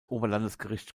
oberlandesgericht